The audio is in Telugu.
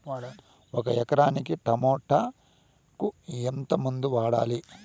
ఒక ఎకరాకి టమోటా కు ఎంత మందులు వాడాలి?